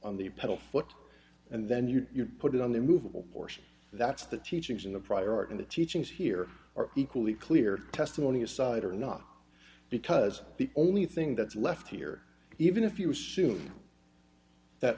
on the pedal foot and then you put it on the movable portion that's the teachings in the prior art and the teachings here are equally clear testimony aside or not because the only thing that's left here even if you assume that